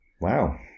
wow